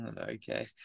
Okay